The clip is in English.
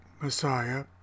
Messiah